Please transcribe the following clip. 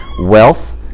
wealth